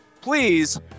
Please